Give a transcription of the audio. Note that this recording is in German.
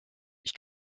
ich